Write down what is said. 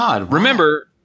remember